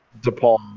DePaul